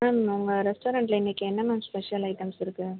ma'am உங்கள் ரெஸ்ட்டாரெண்ட்டில் இன்னிக்கு என்ன மேம் ஸ்பெஷல் ஐட்டம்ஸ் இருக்கு